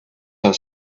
had